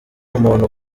umuntu